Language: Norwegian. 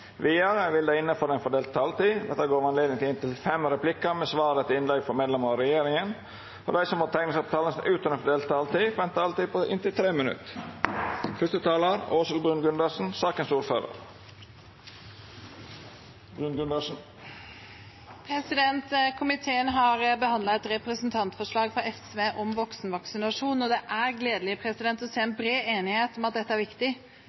Vidare vil det – innanfor den fordelte taletida – vert gjeve anledning til replikkordskifte på inntil fem replikkar med svar etter innlegg frå medlemer av regjeringa, og dei som måtte teikna seg på talarlista utover den fordelte taletida, får òg ei taletid på inntil 3 minutt. Komiteen har behandlet et representantforslag fra SV om voksenvaksinasjon, og det er gledelig å se en bred enighet om at dette er viktig.